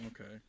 Okay